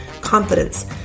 confidence